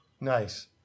Nice